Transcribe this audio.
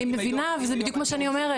אני מבינה, אבל זה בדיוק מה שאני אומרת.